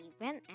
event